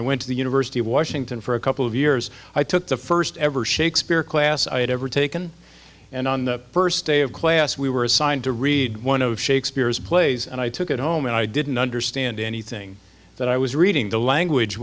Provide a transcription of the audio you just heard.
i went to the university of washington for a couple of years i took the first ever shakespeare class i had ever taken and on the first day of class we were assigned to read one of shakespeare's plays and i took it home and i didn't understand anything that i was reading the language